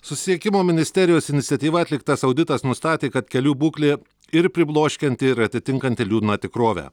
susisiekimo ministerijos iniciatyva atliktas auditas nustatė kad kelių būklė ir pribloškianti ir atitinkanti liūdną tikrovę